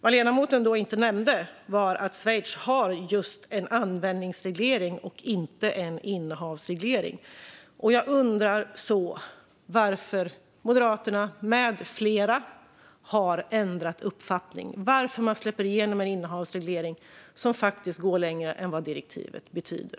Vad ledamoten då inte nämnde var att Schweiz har just en användningsreglering och inte en innehavsreglering. Jag undrar varför Moderaterna med flera har ändrat uppfattning och varför man släpper igenom en innehavsreglering som faktiskt går längre än vad direktivet betyder.